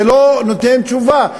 זה לא נותן תשובה.